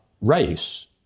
race